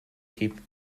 keep